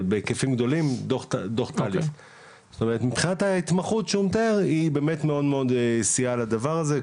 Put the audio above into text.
זאת אומרת מבחינת ההתמחות היא באמת מאוד סייעה לדבר הזה.